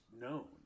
known